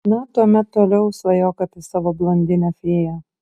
na tuomet toliau svajok apie savo blondinę fėją